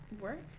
work